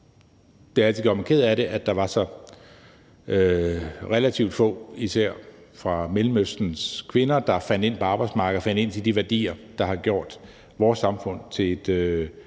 Det har altid gjort mig ked af det, at der var så relativt få, især af Mellemøstens kvinder, der fandt ind på arbejdsmarkedet og fandt ind til de værdier, der har gjort vores samfund til et